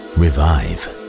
revive